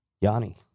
Yanni